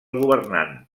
governant